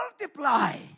multiply